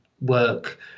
work